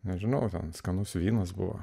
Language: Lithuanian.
nežinau ten skanus vynas buvo